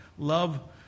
Love